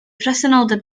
presenoldeb